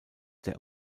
der